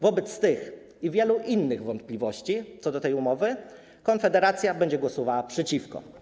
Wobec tych i wielu innych wątpliwości co do tej umowy Konfederacja będzie głosowała przeciwko.